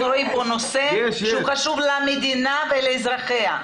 אנחנו רואים פה נושא שקשור למדינה ולאזרחיה.